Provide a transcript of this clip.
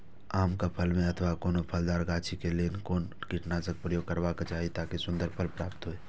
आम क फल में अथवा कोनो फलदार गाछि क लेल कोन कीटनाशक प्रयोग करबाक चाही ताकि सुन्दर फल प्राप्त हुऐ?